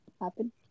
happen